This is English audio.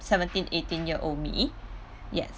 seventeen eighteen year old me yes